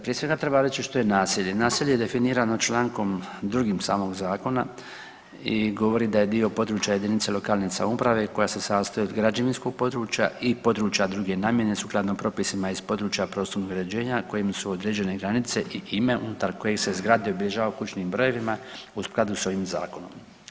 Prije svega treba reći što je naselje, naselje je definirano člankom drugim samog zakona i govori da je dio područja JLS koja se sastoji od građevinskog područja i područja druge namjene sukladno propisima iz područja prostornog uređenja kojim su određene granice i ime unutar kojeg se zgrade obilježavaju kućnim brojevima u skladu s ovim zakonom.